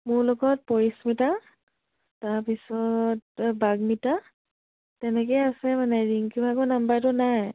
মোৰ লগত পৰিস্মিতা তাৰপিছত বাগমিতা তেনেকেই আছে মানে ৰিঙকিৰ ভাগৰ নম্বৰটো নাই